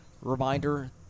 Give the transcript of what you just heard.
Reminder